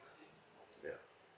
ya